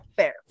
Fair